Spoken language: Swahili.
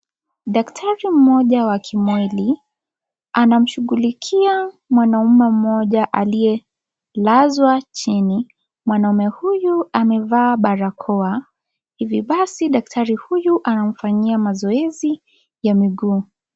Daktari mmoja wa kimwiili anamshikilia mwanaume mmoja aliye lazwa chini. Mwanaume huyu amevaa barakoa, hivyo basi daktari huyu anamfanyia mazoezi ya miguu.